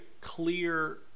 clear